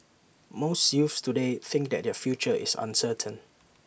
most youths today think that their future is uncertain